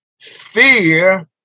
Fear